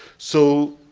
so,